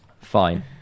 Fine